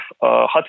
Hot